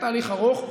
תהליך ארוך.